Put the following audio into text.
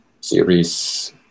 series